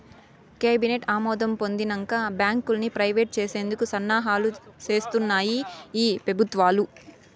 cabinet ఆమోదం పొందినంక బాంకుల్ని ప్రైవేట్ చేసేందుకు సన్నాహాలు సేస్తాన్నాయి ఈ పెబుత్వాలు